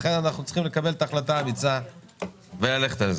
לכן אנחנו צריכים לקבל החלטה אמיצה וללכת על זה.